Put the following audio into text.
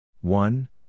One